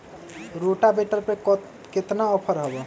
Rotavator पर केतना offer हव?